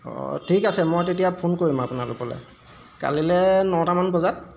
অঁ ঠিক আছে মই তেতিয়া ফোন কৰিম আপোনালোকলৈ কালিলৈ নটামান বজাত